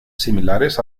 similares